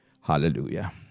Hallelujah